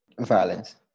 violence